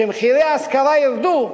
כשמחירי ההשכרה ירדו,